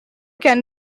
can